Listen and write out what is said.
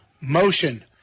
Motion